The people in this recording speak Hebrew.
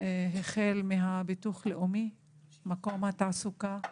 החל מהביטוח הלאומי, מקום התעסוקה,